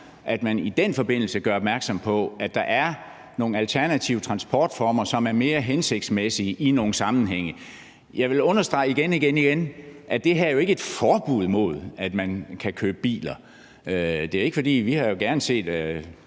at man i den forbindelse gør opmærksom på, at der er nogle alternative transportformer, som er mere hensigtsmæssige i nogle sammenhænge. Jeg vil igen igen understrege, at det her jo ikke er et forbud mod, at man kan købe biler. Vi foreslog jo selv et